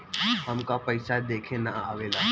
हमका पइसा देखे ना आवेला?